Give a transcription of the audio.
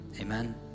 Amen